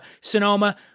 Sonoma